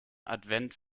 advent